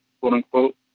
quote-unquote